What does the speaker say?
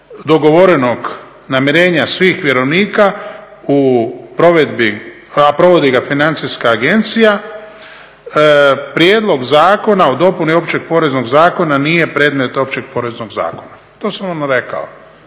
dogovorenog namirenja svih vjerovnika, a provodi ga Financijska agencija, Prijedlog zakona o dopuni Općeg poreznog zakona nije predmet Općeg poreznog zakona. To sam vam rekao.